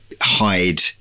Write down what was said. hide